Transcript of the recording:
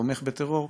ותומך בטרור,